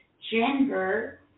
gender